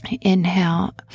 Inhale